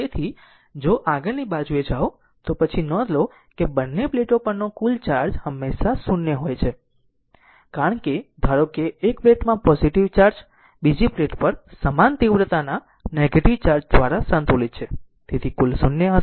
તેથી જો આગળની બાજુએ જાઓ તો પછી નોંધ લો કે બંને પ્લેટો પરનો કુલ ચાર્જ હંમેશા શૂન્ય હોય છે કારણ કે ધારો કે એક પ્લેટમાં પોઝીટીવ ચાર્જ બીજી પ્લેટ પર સમાન તીવ્રતાના નેગેટીવ ચાર્જ દ્વારા સંતુલિત છે તેથી કુલ 0 હશે